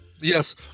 Yes